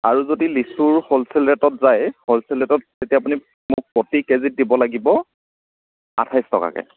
আৰু যদি লিচুৰ হ'লচেল ৰেটত যায় হ'লচেল ৰেটত তেতিয়া আপুনি মোক প্ৰতি কেজিত দিব লাগিব আঠাইছ টকাকে